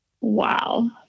Wow